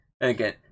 again